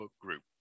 group